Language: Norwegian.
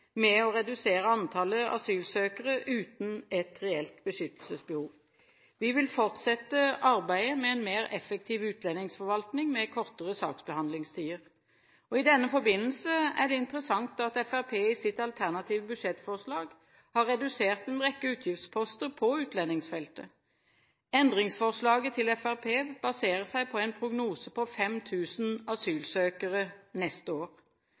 med å redusere antallet asylsøkere uten et reelt beskyttelsesbehov. Vi vil fortsette arbeidet med en mer effektiv utlendingsforvaltning med kortere saksbehandlingstider. I denne forbindelse er det interessant at Fremskrittspartiet i sitt alternative budsjettforslag har redusert en rekke utgiftsposter på utlendingsfeltet. Endringsforslaget til Fremskrittspartiet baserer seg på en prognose på 5 000 asylsøkere neste år.